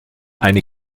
eine